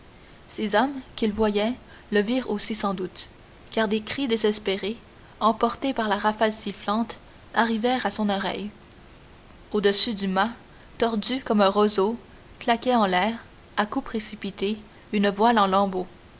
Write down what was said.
ces hommes qu'il voyait le virent aussi sans doute car des cris désespérés emportés par la rafale sifflante arrivèrent à son oreille au-dessus du mât tordu comme un roseau claquait en l'air à coups précipités une voile en lambeaux